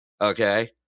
Okay